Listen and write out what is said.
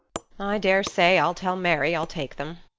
i daresay i'll tell mary i'll take them.